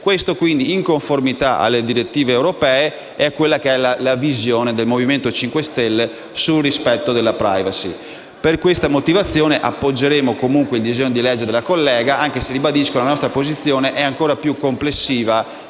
Questa, in conformità alle direttive europee, è la visione del Movimento 5 Stelle sul rispetto della*privacy*. Per questa motivazione appoggeremo comunque il disegno di legge della collega, anche se ribadisco che la nostra posizione è ancora più complessiva